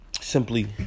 simply